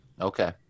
okay